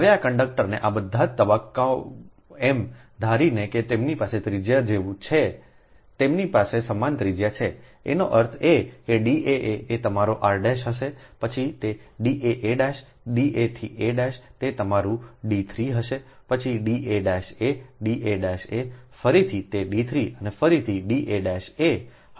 હવે આ કંડક્ટરને આ બધા તબક્કાઓ m ધારીને કે તેમની પાસે ત્રિજ્યા જેવું જ છે તેમની પાસે સમાન ત્રિજ્યા છેએનો અર્થ એ કે daa એ તમારા r' હશે પછી તે daa' da થી a' તે તમારું D 3 હશે પછી da'a da'a ફરીથી તે D 3 અને ફરીથી ડાએ હશે